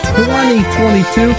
2022